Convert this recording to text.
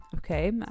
Okay